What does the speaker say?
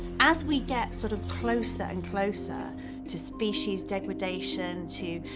as we get sort of closer and closer to species degradation, to,